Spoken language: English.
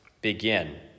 begin